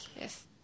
Yes